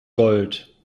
gold